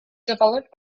developed